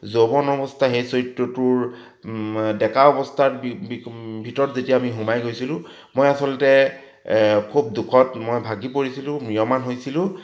যৌৱন অৱস্থা সেই চৰিত্ৰটোৰ ডেকা অৱস্থাত ভিতৰত যেতিয়া আমি সোমাই গৈছিলোঁ মই আচলতে খুব দুখত মই ভাগি পৰিছিলোঁ ম্ৰিয়মান হৈছিলোঁ